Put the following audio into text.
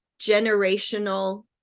generational